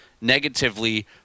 negatively